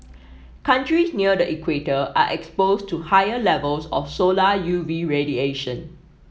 countries near the equator are exposed to higher levels of solar U V radiation